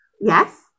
yes